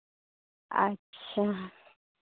ᱟᱪᱪᱷᱟ